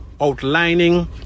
outlining